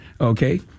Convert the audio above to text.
Okay